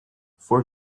for